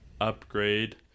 upgrade